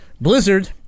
Blizzard